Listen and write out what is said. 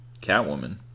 Catwoman